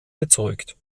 bezeugt